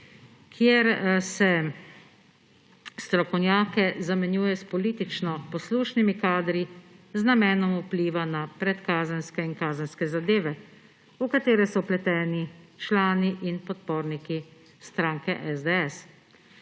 kjer se strokovnjake zamenjuje s politično poslušnimi kadri z namenom vpliva na predkazenske in kazenske zadeve, v katere so vpleteni člani in podporniki stranke SDS.